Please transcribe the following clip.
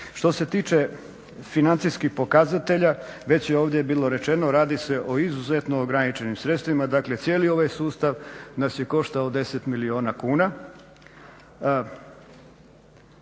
Što se tiče financijskih pokazatelja već je ovdje bilo rečeno radi se o izuzetno ograničenim sredstvima. Dakle, cijeli ovaj sustav nas je koštao 10 milijuna kuna.